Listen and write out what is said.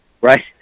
Right